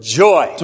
joy